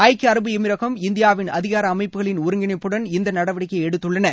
ஐக்கிய அரபு எமிரகம் இந்தியாவின் அதிகார அமைப்புகளின் ஒருங்கிணைப்புடன் இந்த நடவடிக்கையை எடுத்துள்ளன